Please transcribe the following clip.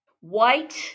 White